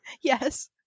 Yes